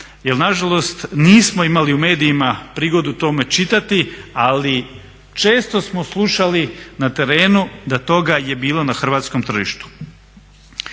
nažalost nismo imali u medijima prigodu o tome čitati. Ali često smo slušali na terenu da toga je bilo na hrvatskom tržištu.